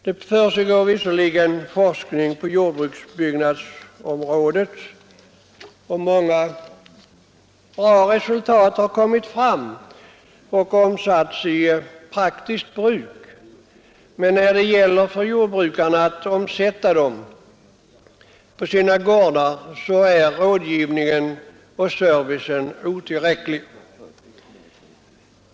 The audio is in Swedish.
Det försiggår visserligen forskning på jordbruksbyggnadsområdet, och många bra resultat har nåtts och omsatts i praktiskt bruk. Men när det gäller för jordbrukarna att omsätta resultaten på sina gårdar är rådgivningen och servicen otillräcklig.